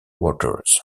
waters